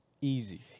Easy